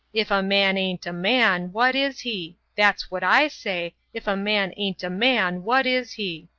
if a man a'n't a man, what is he? that's what i say, if a man a'n't a man, what is he?